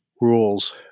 rules